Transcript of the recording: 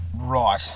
Right